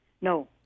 No